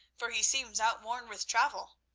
for he seems outworn with travel.